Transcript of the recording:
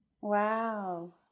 Wow